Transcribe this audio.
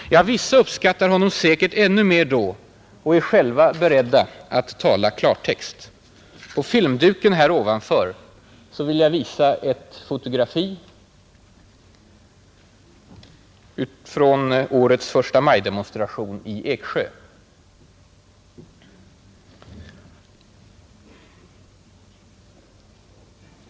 Ja, vissa uppskattar honom säkert ännu mer då och är själva beredda att tala klartext. Jag har här ett fotografi från årets förstamajdemonstration i Eksjö.